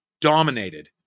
dominated